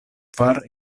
kvar